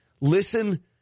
Listen